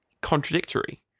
contradictory